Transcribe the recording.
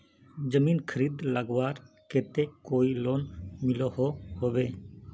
जमीन खरीद लगवार केते कोई लोन मिलोहो होबे?